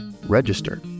register